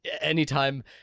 anytime